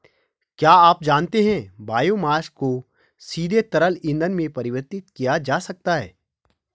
क्या आप जानते है बायोमास को सीधे तरल ईंधन में परिवर्तित किया जा सकता है?